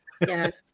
Yes